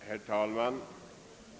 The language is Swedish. Herr talman!